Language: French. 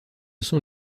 sont